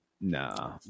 Nah